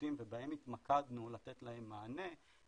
שירותים ובהם התמקדנו לתת להם מענה.